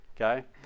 okay